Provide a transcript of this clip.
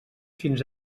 fins